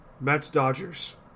Mets-Dodgers